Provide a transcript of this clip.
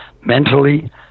mentally